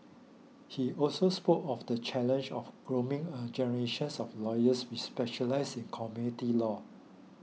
he also spoke of the challenge of grooming a generations of lawyers who specialise in community law